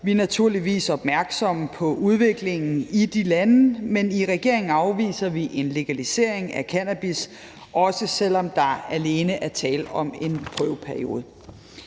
vi er naturligvis opmærksomme på udviklingen i de lande, men i regeringen afviser vi en legalisering af cannabis, også selv om der alene er tale om en prøveperiode.